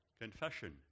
confession